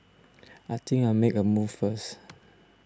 I think I'll make a move first